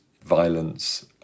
violence